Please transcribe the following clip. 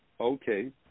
okay